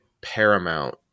Paramount